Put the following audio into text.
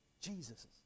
Jesus